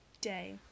day